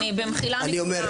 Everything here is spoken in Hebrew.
במחילה מכבודם.